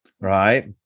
right